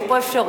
יש פה אפשרות,